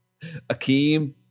Akeem